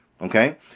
Okay